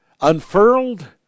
unfurled